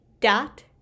dot